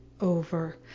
over